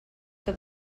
for